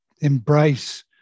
Embrace